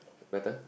better